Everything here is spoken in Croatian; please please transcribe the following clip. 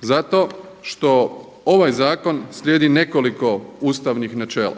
zato što ovaj zakon slijedi nekoliko ustavnih načela.